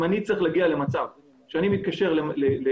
אם אני צריך להגיע למצב שכשאני מדווח לפיני